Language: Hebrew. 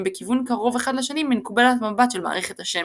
בכיוון קרוב אחד לשני מנקודת המבט של מערכת השמש.